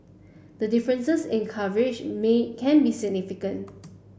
the differences in coverage can be significant